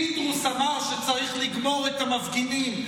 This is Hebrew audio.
פינדרוס אמר שצריך לגמור את המפגינים.